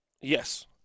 Yes